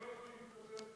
מבקר רשמי.